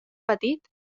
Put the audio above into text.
petit